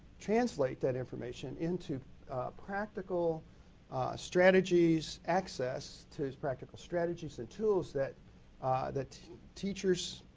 translate that information into practical strategies access to practical strategies and tools that that teachers,